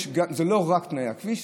זה לא רק תנאי הכביש,